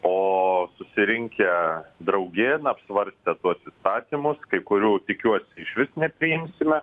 o susirinkę draugėn apsvarstę tuos įstatymus kai kurių tikiuosi išvis nepriimsime